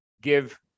give